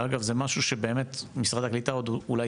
שאגב זה משהו שבאמת משרד הקליטה אולי